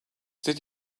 did